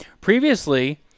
Previously